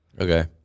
Okay